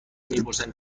میپرسند